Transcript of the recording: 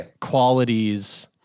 qualities